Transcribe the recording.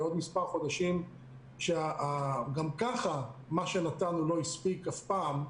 אבל גם כך מה שנתנו לא הספיק אף פעם,